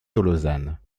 tolosane